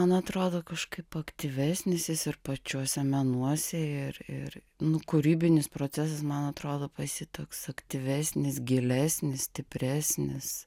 man atrodo kažkaip aktyvesnis jis ir pačiuose menuose ir ir nu kūrybinis procesas man atrodo pas jį toks aktyvesnis gilesnis stipresnis